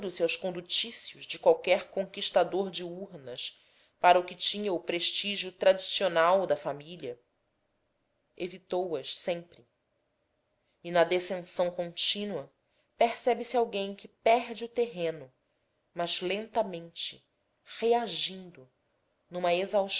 ligando se aos condutícios de qualquer conquistador de urnas para o que tinha o prestígio tradicional da família evitou as sempre e na descensão contínua percebe-se alguém que perde o terreno mas lentamente reagindo numa